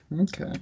Okay